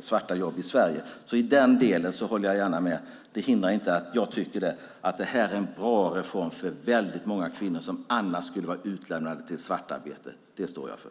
svarta jobb i Sverige. I den delen håller jag gärna med. Det hindrar inte att jag tycker att det här är en bra reform för väldigt många kvinnor som annars skulle vara utlämnade till svartarbete. Det står jag för.